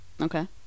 Okay